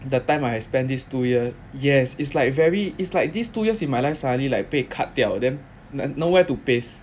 that time I spend these two years yes it's like very it's like these two years in my life suddenly like 被 cut 掉 then nowhere to paste